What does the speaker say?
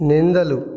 Nindalu